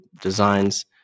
designs